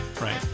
Right